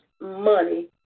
money